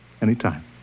anytime